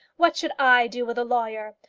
what should i do with a lawyer?